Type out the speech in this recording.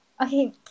Okay